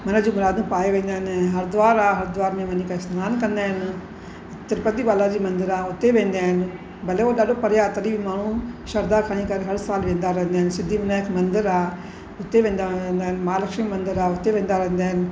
मन जी मुरादियूं पाए वेंदा आहिनि हरिद्वार आहे हरिद्वार में वञी करे सनानु कंदा आहिनि तिरुपतीबालाजी मंदर आहे हुते वेंदा आहिनि भले उहो ॾाढो परे आहे तॾहिं बि माण्हू श्रदा खणी करे हर सालु वेंदा रहंदा आहिनि सिद्धीविनायक मंदर आहे हुते वेंदा रहंदा आहिनि महालक्ष्मी मंदर आहे हुते वेंदा रहंदा आहिनि